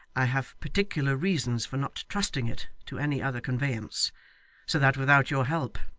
i have particular reasons for not trusting it to any other conveyance so that without your help,